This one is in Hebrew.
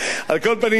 עד כאן.